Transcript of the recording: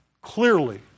clearly